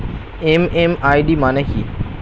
MMID মানে কি?